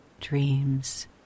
dreams